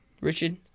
Richard